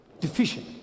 deficient